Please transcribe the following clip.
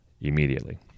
immediately